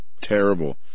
Terrible